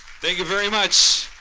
thank you very much.